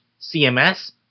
CMS